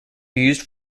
used